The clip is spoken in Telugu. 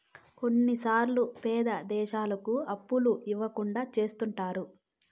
కొన్నిసార్లు పేద దేశాలకు అప్పులు ఇవ్వకుండా చెత్తుంటారు